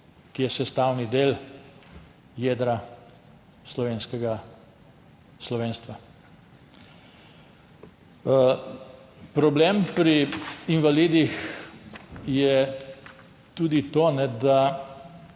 ki je sestavni del jedra slovenstva. Problem pri invalidih je tudi to, da